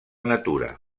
natura